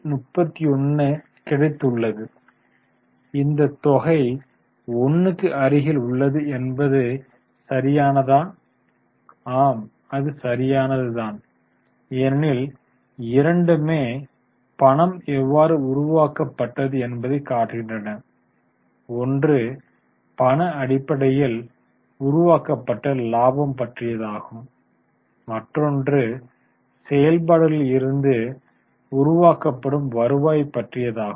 33 ஐப் கிடைத்துள்ளது இந்தத் தொகை 1 க்கு அருகில் உள்ளது என்பது சரியானதா ஆம் அது சரியானது தான் ஏனெனில் இரண்டுமே பணம் எவ்வாறு உருவாக்கப்பட்டது என்பதை காட்டுகின்றன ஒன்று பண அடிப்படையில் உருவாக்கப்பட்ட லாபம் பற்றியதாகும் மற்றொன்று செயல்பாடுகளில் இருந்து உருவாக்கப்படும் வருவாய் பற்றியதாகும்